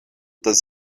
does